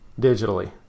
digitally